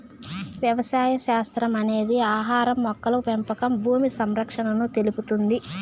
వ్యవసాయ శాస్త్రం అనేది ఆహారం, మొక్కల పెంపకం భూమి సంరక్షణను తెలుపుతుంది